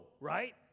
right